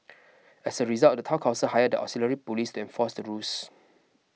as a result the Town Council hired the auxiliary police to enforce the rules